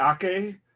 Ake